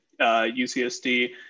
UCSD